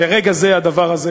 לרגע זה הדבר הזה,